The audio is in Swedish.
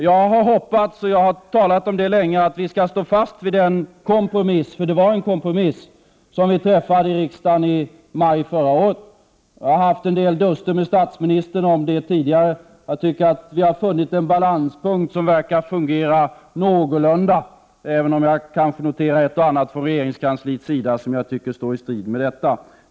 Jag har hoppats, och jag har talat om detta länge, att vi skall stå fast vid den kompromiss — det var en kompromiss — som vi träffade i riksdagen i maj förra året. Jag har haft en del duster med statsministern om detta tidigare, och jag tycker att vi har funnit en balanspunkt som verkar fungera någorlunda —- även om jag kanske noterar ett och annat från regeringskansliet som jag tycker står i strid mot detta.